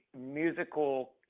musical